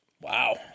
Wow